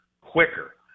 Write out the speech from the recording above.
quicker